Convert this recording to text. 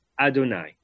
Adonai